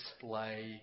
display